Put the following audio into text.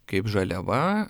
kaip žaliava